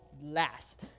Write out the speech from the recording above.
last